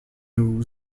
new